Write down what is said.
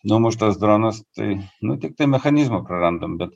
numuštas dronas tai nu tiktai mechanizmą prarandam bet